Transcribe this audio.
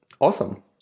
awesome